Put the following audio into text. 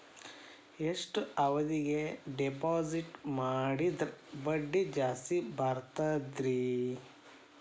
ಎಷ್ಟು ಅವಧಿಗೆ ಡಿಪಾಜಿಟ್ ಮಾಡಿದ್ರ ಬಡ್ಡಿ ಜಾಸ್ತಿ ಬರ್ತದ್ರಿ?